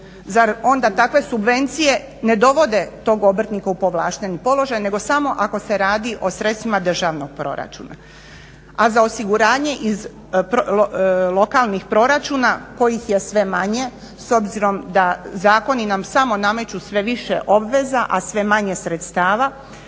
Zar onda takve subvencije ne dovode tog obrtnika u povlašteni položaj, nego samo ako se radi o sredstvima državnog proračuna? A za osiguranje iz lokalnih proračuna kojih je sve manje s obzirom da zakoni nam samo nameću sve više obveza, a sve manje sredstava